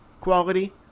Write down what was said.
quality